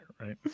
right